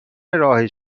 راه